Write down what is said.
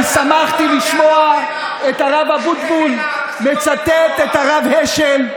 אני שמחתי לשמוע את הרב אבוטבול מצטט את הרב השל,